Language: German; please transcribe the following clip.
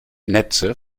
netze